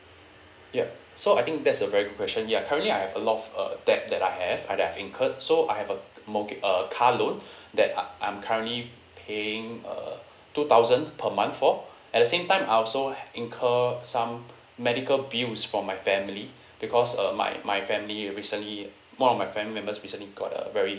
yup so I think that's a very good question ya currently I have a lot of uh debt that I have uh that I've incurred so I have a mortga~ uh car loan that I I'm currently paying uh two thousand per month for at the same time I also incur some medical bills for my family because uh my my family recently one of my family members recently got a very